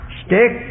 stick